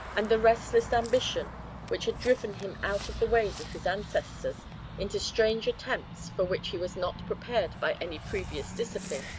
and the restless ambition which had driven him out of the ways of his ancestors into strange attempts for which he was not prepared by any previous discipline,